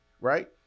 right